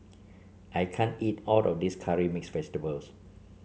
I can't eat all of this Curry Mixed Vegetable